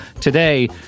Today